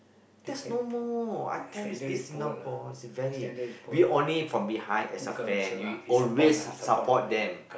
there's no more I tell you this Singapore is a very we only from behind as a fan we always support them